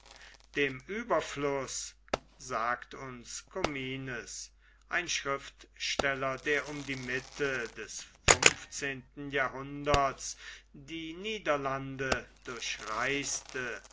dem ueberfluß sagt uns comines ein schriftsteller der um die mitte des fünfzehnten jahrhunderts die niederlande